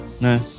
No